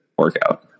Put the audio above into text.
workout